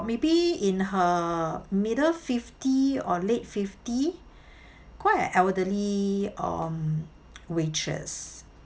maybe in her middle fifty or late fifty quite a elderly um waitress